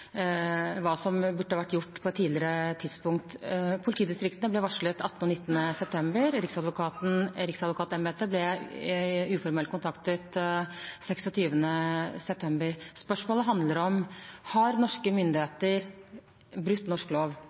hva som burde vært gjort på et tidligere tidspunkt. Politidistriktene ble varslet 18. og 19. september. Riksadvokatembetet ble uformelt kontaktet 26. september. Spørsmålet er: Har norske myndigheter brutt norsk lov?